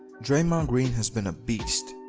draymond green has been a beast.